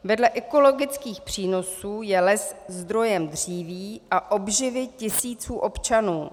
Vedle ekologických přínosů je les zdrojem dříví a obživy tisíců občanů.